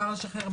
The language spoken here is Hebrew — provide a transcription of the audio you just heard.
יזכו לשחרור